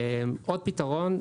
עוד פתרון,